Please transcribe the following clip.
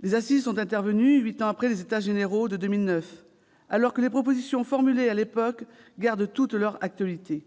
Les Assises des outre-mer se sont tenues huit ans après les états généraux de 2009, alors que les propositions formulées à l'époque n'ont rien perdu de leur actualité.